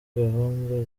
gahunda